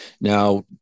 Now